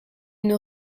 une